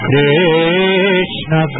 Krishna